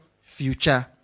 future